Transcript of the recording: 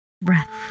Breath